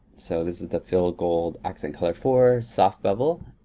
so this is the fill gold accent color four, soft bevel.